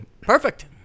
Perfect